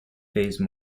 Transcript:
phase